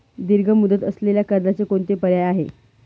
दीर्घ मुदत असलेल्या कर्जाचे कोणते पर्याय आहे?